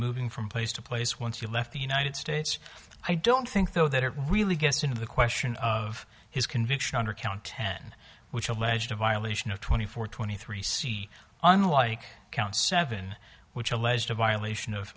moving from place to place once you left the united states i don't think though that it really gets into the question of his conviction under count ten which alleged a violation of twenty four twenty three c unlike count seven which alleged a violation